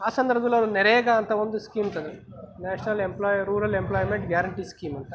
ಆ ಸಂದರ್ಬ್ದಲ್ ಅವ್ರು ನೆರೇಗ ಅಂತ ಒಂದು ಸ್ಕೀಮ್ ತಂದ್ರು national employer rural employment guarantee scheme ಅಂತ